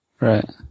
right